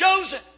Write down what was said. chosen